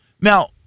Now